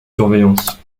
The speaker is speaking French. surveillance